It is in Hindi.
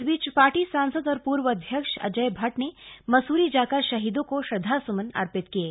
इस बीच पार्टी सांसद और पूर्व अध्यक्ष अजय भट्ट ने मसूरी जाकर शहीदों को श्रद्धास्मन अर्पित किये